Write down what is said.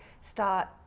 start